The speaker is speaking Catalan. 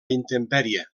intempèrie